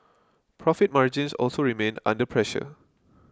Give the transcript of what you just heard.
profit margins also remained under pressure